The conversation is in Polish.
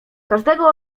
każdego